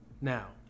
Now